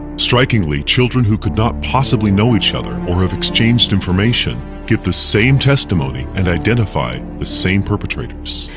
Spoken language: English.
strikingly, children who could not possibly know each other or have exchanged information, give the same testimony and identify the same perpetrators.